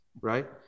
right